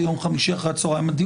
משנה.